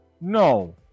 No